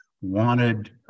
wanted